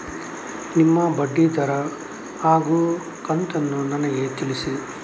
ನಿಮ್ಮ ಬಡ್ಡಿದರ ಹಾಗೂ ಕಂತನ್ನು ನನಗೆ ತಿಳಿಸಿ?